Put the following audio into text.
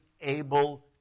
able